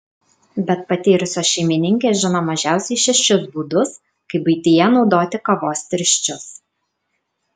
bet patyrusios šeimininkės žino mažiausiai šešis būdus kaip buityje naudoti kavos tirščius